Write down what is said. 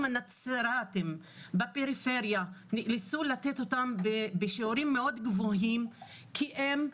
הנצרתים בפריפריה נאלצו לתת אותם בשיעורים מאוד גבוהים כי הם,